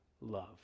love